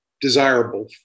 desirable